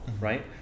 right